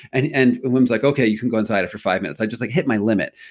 and and and wim's like, okay, you can go inside for five minutes. i just like hit my limit.